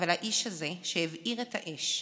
אבל האיש הזה, שהבעיר את האש,